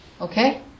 Okay